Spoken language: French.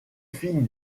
fille